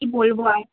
কী বলবো আর